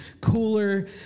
cooler